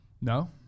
No